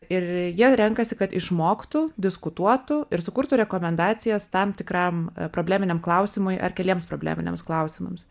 ir jie renkasi kad išmoktų diskutuotų ir sukurtų rekomendacijas tam tikram probleminiam klausimui ar keliems probleminiams klausimams